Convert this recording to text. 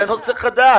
זה נושא חדש.